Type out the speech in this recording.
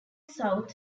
south